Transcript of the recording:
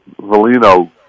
Valino